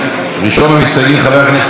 חבר הכנסת יוסי יונה,